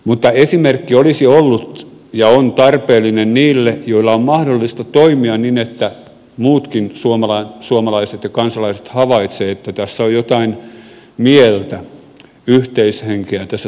mutta esimerkki olisi ollut ja on tarpeellinen niille joille on mahdollista toimia niin että muutkin suomalaiset ja kansalaiset havaitsevat että tässä on jotain mieltä yhteishenkeä tässä suomalaisessa yhteiskunnassa